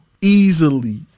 easily